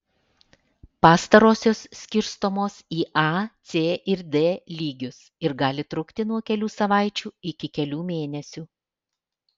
pastarosios skirstomos į a c ir d lygius ir gali trukti nuo kelių savaičių iki kelių mėnesių